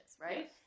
right